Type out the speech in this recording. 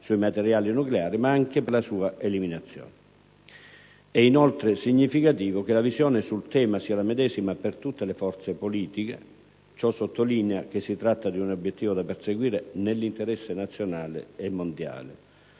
È inoltre significativo che la visione sul tema sia la medesima per tutte le forze politiche; ciò sottolinea che si tratta di un obiettivo da perseguire nell'interesse nazionale e mondiale.